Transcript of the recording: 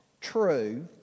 true